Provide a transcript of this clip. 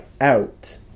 out